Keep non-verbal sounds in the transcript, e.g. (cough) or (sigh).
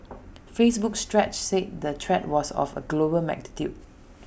(noise) Facebook's stretch said the threat was of A global magnitude (noise)